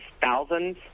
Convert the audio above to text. thousands